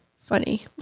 funny